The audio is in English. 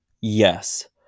Yes